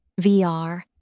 VR